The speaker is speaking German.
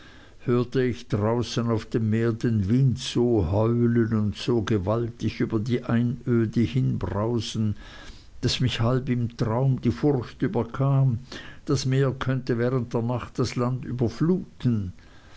hörte ich draußen auf dem meer den wind so heulen und so gewaltig über die einöde hinbrausen daß mich halb im traum die furcht überkam das meer könnte während der nacht das land überfluten